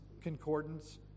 concordance